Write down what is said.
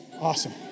awesome